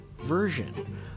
version